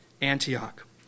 Antioch